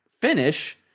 finish